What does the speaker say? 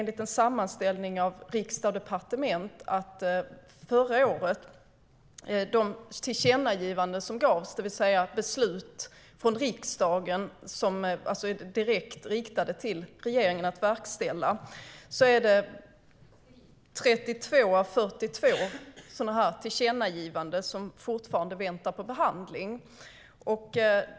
I en sammanställning från Riksdag & Departement kan man se att 32 av 42 tillkännagivanden som gjordes förra året, det vill säga beslut från riksdagen direkt riktade till regeringen att verkställa, fortfarande väntar på behandling.